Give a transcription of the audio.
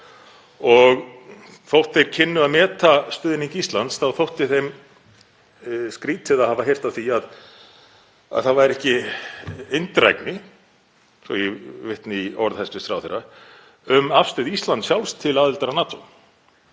Þótt þeir kynnu að meta stuðning Íslands þótti þeim skrýtið að hafa heyrt af því að það væri ekki eindrægni, svo ég vitni í orð hæstv. ráðherra, um afstöðu Íslands sjálfs til aðildar að